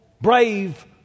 brave